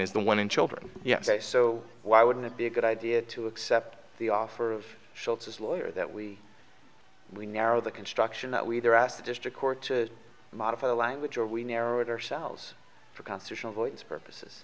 is the one in children so why wouldn't it be a good idea to accept the offer of shelters lawyer that we narrow the construction that we either asked a district court to modify the language or we narrow it ourselves for